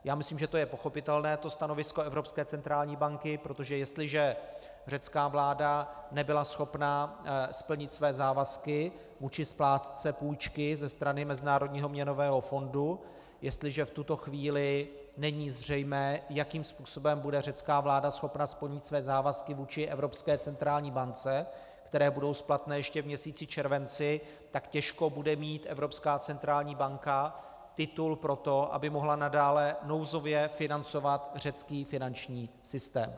Já myslím, že stanovisko Evropské centrální banky je pochopitelné, protože jestliže řecká vláda nebyla schopná splnit své závazky vůči splátce půjčky ze strany Mezinárodního měnového fondu, jestliže v tuto chvíli není zřejmé, jakým způsobem bude řecká vláda schopna splnit své závazky vůči Evropské centrální bance, které budou splatné ještě v měsíci červenci, tak těžko bude mít Evropská centrální banka titul pro to, aby mohla nadále nouzově financovat řecký finanční systém.